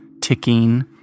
ticking